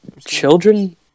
children